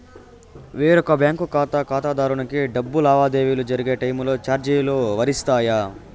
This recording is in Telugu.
వేరొక బ్యాంకు ఖాతా ఖాతాదారునికి డబ్బు లావాదేవీలు జరిగే టైములో చార్జీలు వర్తిస్తాయా?